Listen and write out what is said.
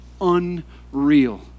unreal